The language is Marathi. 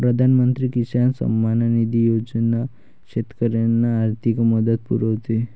प्रधानमंत्री किसान सन्मान निधी योजना शेतकऱ्यांना आर्थिक मदत पुरवते